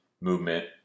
movement